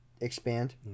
expand